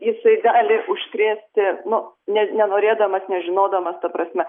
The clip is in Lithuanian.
jisai gali užkrėsti nu net nenorėdamas nežinodamas ta prasme